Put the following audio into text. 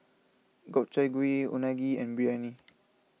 Gobchang Gui Unagi and Biryani